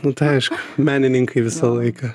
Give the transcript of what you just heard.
nu tai aišku menininkai visą laiką